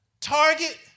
target